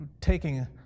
taking